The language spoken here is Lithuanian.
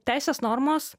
teisės normos